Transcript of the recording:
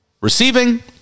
receiving